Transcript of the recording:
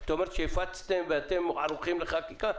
את אומרת שהפצתם ואתם ערוכים לחקיקה,